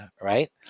right